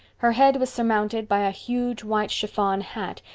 her head was surmounted by a huge white chiffon hat,